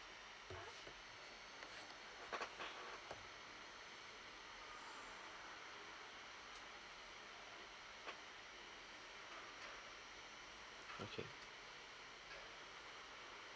okay